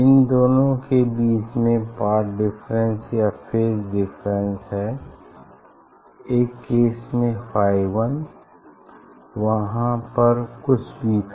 इन दोनों के बीच में पाथ डिफरेंस या फेज डिफरेंस है एक केस में फाई 1 वहां पर कुछ भी था